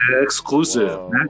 Exclusive